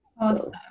awesome